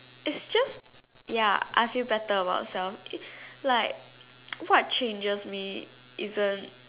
it's just ya I feel better about self what changes me isn't